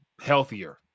healthier